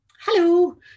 Hello